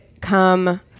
come